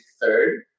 third